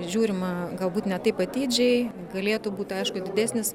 žiūrima galbūt ne taip atidžiai galėtų būt aišku didesnis